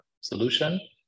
solution